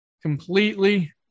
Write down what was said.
completely